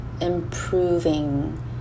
improving